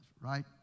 right